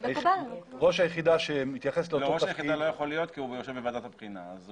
ראש היחידה שמתייחסת לאותו תפקיד.